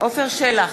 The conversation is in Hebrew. עפר שלח,